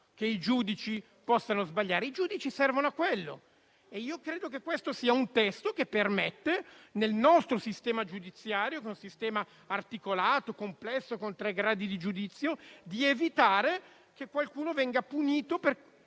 che i giudici possano sbagliare. I giudici servono a questo e credo che quello al nostro esame sia un testo che permette, nel nostro sistema giudiziario, che è articolato, complesso, con tre gradi di giudizio, di evitare che qualcuno venga punito per